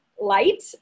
light